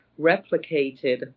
replicated